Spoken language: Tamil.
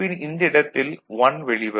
பின் இந்த இடத்தில் 1 வெளிவரும்